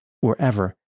wherever